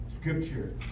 scripture